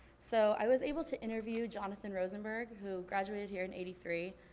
so i was able to interview jonathan rosenberg who graduated here in eighty three.